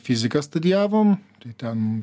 fiziką studijavom tai ten